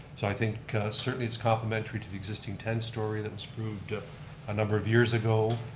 so i think certainly it's complementary to the existing ten story that was approved a number of years ago.